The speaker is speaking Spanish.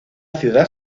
ciudad